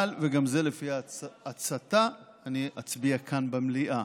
אבל, וגם זה לפי עצתה אני אצביע כאן במליאה.